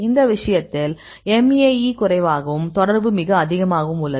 இந்த விஷயத்தில் MAE குறைவாகவும் தொடர்பு மிக அதிகமாகவும் உள்ளது